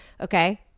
okay